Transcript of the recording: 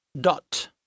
Dot